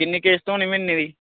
कि'न्नी किस्त होनी म्हीने दी